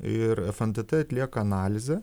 ir ef en t t atlieka analizę